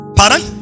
pardon